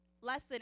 lesson